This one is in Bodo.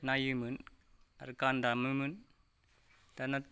नायोमोन आरो गान दामोमोन दाना